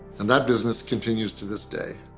and that business continues to this day.